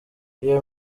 iyi